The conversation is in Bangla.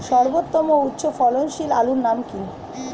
সর্বোত্তম ও উচ্চ ফলনশীল আলুর নাম কি?